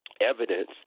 evidence